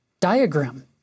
diagram